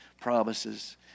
promises